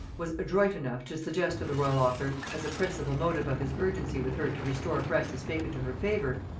was adroit enough to suggest to the royal author, as a principal motive of his urgency with her to restore francis bacon to her favor,